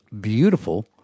beautiful